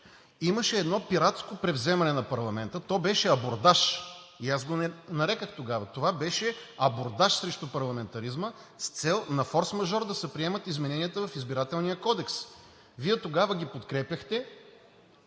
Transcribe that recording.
Имаше едно пиратско превземане на парламента, абордаж го нарекох тогава и това беше абордаж срещу парламентаризма с цел на форсмажор да се приемат измененията в Избирателния кодекс. Тогава Вие ги подкрепихте